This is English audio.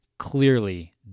Clearly